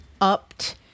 upped